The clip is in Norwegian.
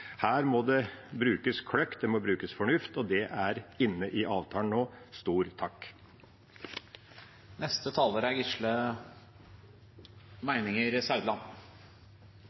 Her må det brukes kløkt, det må brukes fornuft, og det er inne i avtalen nå. Stor takk!